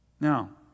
Now